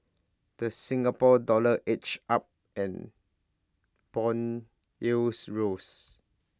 the Singapore dollar edged up and Bond yields rose